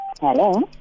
Hello